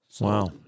Wow